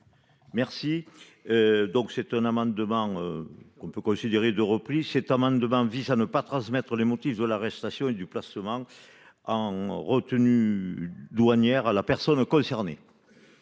Merci. Donc c'est un amendement. Qu'on peut considérer de repli cet amendement vise à ne pas transmettre les motifs de l'arrestation et du placement en retenue douanière à la personne concernée.